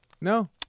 No